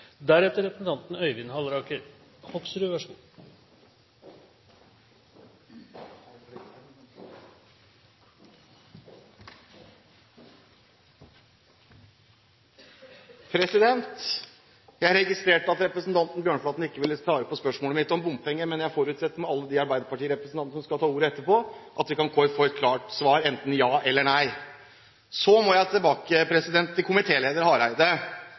Jeg registrerte at representanten Bjørnflaten ikke ville svare på spørsmålet mitt om bompenger, men jeg forutsetter, med alle de arbeiderpartirepresentantene som skal ta ordet etterpå, at vi kan få et klart svar – enten ja eller nei. Så må jeg tilbake til komitéleder Hareide,